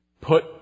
Put